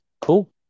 cool